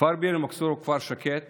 כפר ביר אל-מכסור הוא כפר שקט